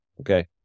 okay